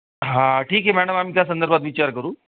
हां ठीक आहे मॅडम आम्ही त्या संदर्भात विचार करू